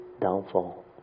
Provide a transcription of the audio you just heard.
downfall